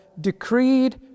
decreed